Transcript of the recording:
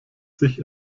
sich